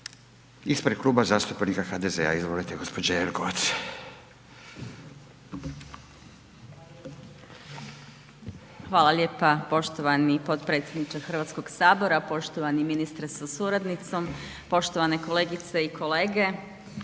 ispred Kluba zastupnika HDZ-a. Izvolite gospođo Jelkovac. **Jelkovac, Marija (HDZ)** Hvala lijepa poštovani potpredsjedniče Hrvatskoga sabora, poštovani ministre sa suradnicom, poštovane kolegice i kolege.